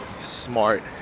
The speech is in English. smart